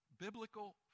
Biblical